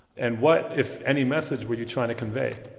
and what, if any, message were you trying to convey?